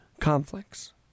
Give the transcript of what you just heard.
conflicts